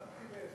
שמתי לב.